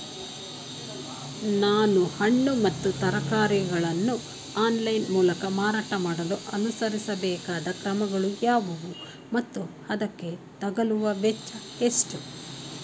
ನಾನು ಹಣ್ಣು ಮತ್ತು ತರಕಾರಿಗಳನ್ನು ಆನ್ಲೈನ ಮೂಲಕ ಮಾರಾಟ ಮಾಡಲು ಅನುಸರಿಸಬೇಕಾದ ಕ್ರಮಗಳು ಯಾವುವು ಮತ್ತು ಅದಕ್ಕೆ ತಗಲುವ ವೆಚ್ಚ ಎಷ್ಟು?